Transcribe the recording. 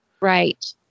Right